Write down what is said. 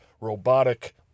robotic